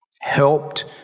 helped